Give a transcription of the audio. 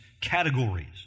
categories